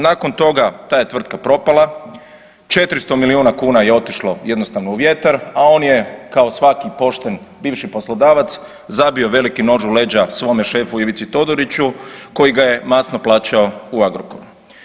Nakon toga ta je tvrtka propala, 400 milijuna kuna je otišlo jednostavno u vjetar, a on je kao svaki pošten bivši poslodavac zabio veliki nož u leđa svome šefu Ivici Todoriću koji ga je masno plaćao u Agrokoru.